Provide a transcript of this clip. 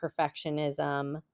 perfectionism